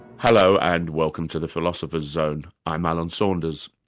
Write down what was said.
hello and welcome to the philosopher's zone. i'm alan saunders.